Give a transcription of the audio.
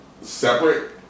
separate